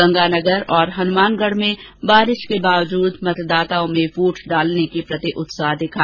गंगानगर हनुमानगढ में बारिश के बावजूद मतदाताओं में वोट डालने के प्रति उत्साह दिखा